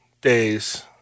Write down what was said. days